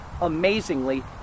amazingly